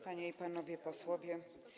Panie i Panowie Posłowie!